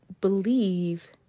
believe